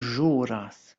ĵuras